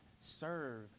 serve